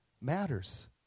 matters